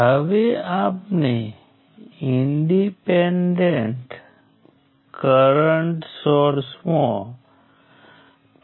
હવે એ જ રીતે આપણે KVL ઈક્વેશન્સની સંખ્યા શોધવાની છે